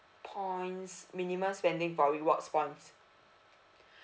points minimum spending for rewards ones